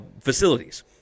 facilities